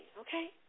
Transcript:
okay